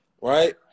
right